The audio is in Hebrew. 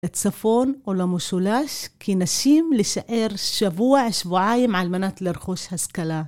לצפון או למושלש כנשים להישאר שבוע-שבועיים על מנת לרכוש השכלה.